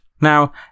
Now